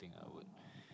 thing I would